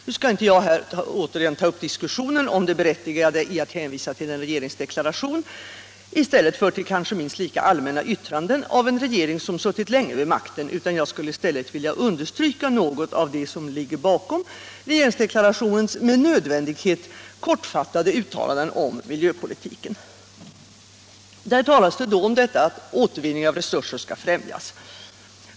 Nu skall inte jag här återigen ta upp diskussionen om det berättigade i att hänvisa till en regeringsdeklaration i stället för till kanske minst lika allmänna yttranden av en regering som suttit länge vid makten, utan jag skulle vilja understryka något av det som ligger bakom regeringsdeklarationens med nödvändighet kort Miljövårdspoliti ISS I regeringsdeklarationen talas om att återvinning av resurser skall främjas.